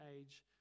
age